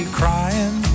crying